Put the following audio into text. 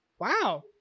wow